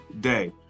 day